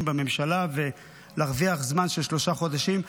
בממשלה ומנסים להרוויח זמן של שלושה חודשים.